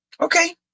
Okay